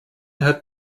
hat